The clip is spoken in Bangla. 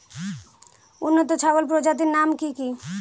উন্নত ছাগল প্রজাতির নাম কি কি?